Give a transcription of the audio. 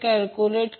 तर अँगल 76